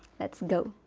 let's go!